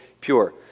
pure